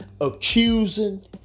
accusing